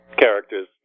characters